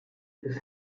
bis